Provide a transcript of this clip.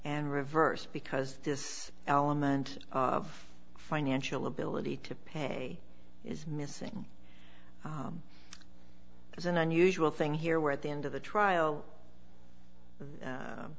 and reverse because this element of financial ability to pay is missing there's an unusual thing here where at the end of the trial